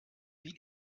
viel